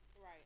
right